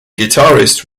guitarist